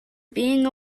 being